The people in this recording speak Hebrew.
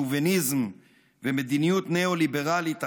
שוביניזם ומדיניות ניאו-ליברלית אכזרית,